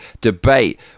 debate